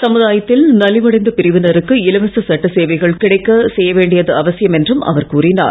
சமுதாயத்தில் நலிவடைந்த பிரிவினருக்கு இலவச சட்ட சேவைகள் கிடைக்கவும் செய்ய வேண்டியது அவசியம் என்றும் அவர் கூறினார்